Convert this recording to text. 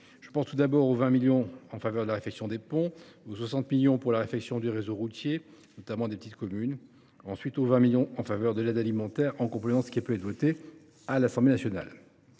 Je pense, tout d’abord, aux 20 millions d’euros retenus en faveur de la réfection des ponts, aux 60 millions d’euros pour la réfection du réseau routier, notamment celui des petites communes, et aux 20 millions d’euros en faveur de l’aide alimentaire, en complément de ce qui a pu être voté à l’Assemblée nationale.